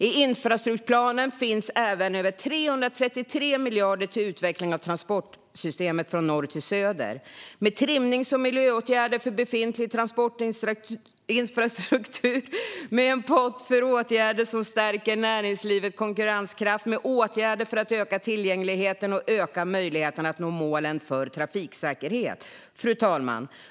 I infrastrukturplanen finns även över 333 miljarder kronor till utveckling av transportsystemet från norr till söder, med trimnings och miljöåtgärder för befintlig transportinfrastruktur, med en pott för åtgärder som stärker näringslivets konkurrenskraft, med åtgärder för att öka tillgängligheten och öka möjligheterna att nå målen för trafiksäkerhet. Fru talman!